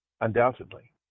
undoubtedly